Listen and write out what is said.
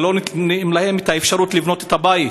אלא לא נותנים להם את האפשרות לבנות את הבית.